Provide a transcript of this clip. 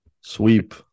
Sweep